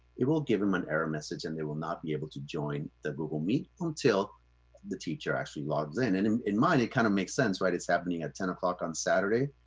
it will give them an error message, and they will not be able to join the google meet until the teacher actually logs in. and and in mine, it kind of makes sense, right? it's happening at ten zero o'clock on saturday.